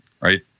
right